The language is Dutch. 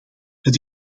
het